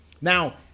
Now